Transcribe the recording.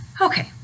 okay